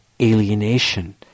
alienation